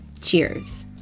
cheers